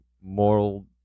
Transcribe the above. moral